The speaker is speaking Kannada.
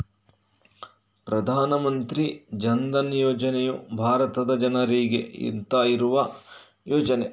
ಪ್ರಧಾನ ಮಂತ್ರಿ ಜನ್ ಧನ್ ಯೋಜನೆಯು ಭಾರತದ ಜನರಿಗೆ ಅಂತ ಇರುವ ಯೋಜನೆ